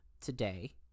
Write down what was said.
today